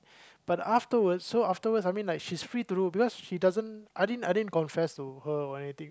but afterwards so afterwards I mean like she's free to do because she I didn't I didn't confess to her or anything